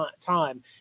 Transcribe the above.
time